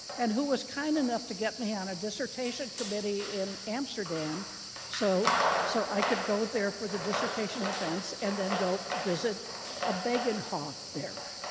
and who was kind enough to get me on a dissertation committee in amsterdam so so i could go there for the dissertation events and then go visit a begijnhof there.